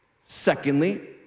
Secondly